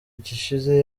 gishize